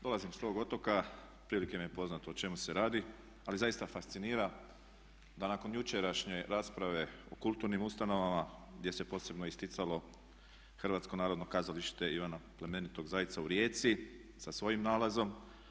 Dolazim s tog otoka, otprilike mi je poznato o čemu se radi ali zaista fascinira da nakon jučerašnje rasprave o kulturnim ustanovama gdje se posebno isticalo Hrvatsko narodno kazalište Ivana plemenitog Zajca u Rijeci sa svojim nalazom.